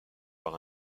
par